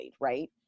right